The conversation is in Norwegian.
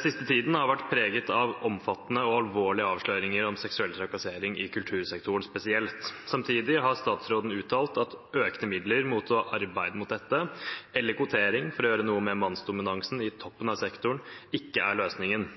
siste tiden har vært preget av omfattende og alvorlige avsløringer av seksuell trakassering i kultursektoren spesielt. Samtidig har statsråden uttalt at økte midler til å arbeide mot dette eller kvotering for å gjøre noe med mannsdominansen i toppen av sektoren ikke er løsningen.